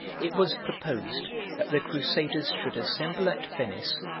it was proposed that the crusaders should assemble at venice,